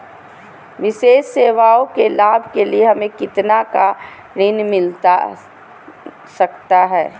विशेष सेवाओं के लाभ के लिए हमें कितना का ऋण मिलता सकता है?